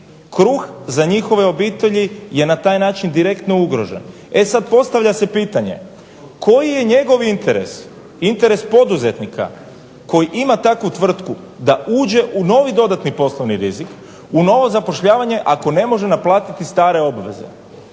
Kruh za njihove obitelji je na taj način direktno ugroženo. E sad, postavlja se pitanje koji je njegov interes, interes poduzetnika koji ima takvu tvrtku da uđe u novi dodatni poslovni rizik, u novo zapošljavanje ako ne može naplatiti stare obveze.